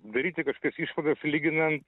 daryti kažkokias išvadas lyginant